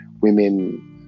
women